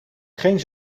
geen